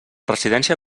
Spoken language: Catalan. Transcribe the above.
residència